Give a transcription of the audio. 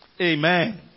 Amen